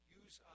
use